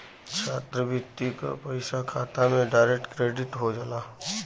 छात्रवृत्ति क पइसा खाता में डायरेक्ट क्रेडिट हो जाला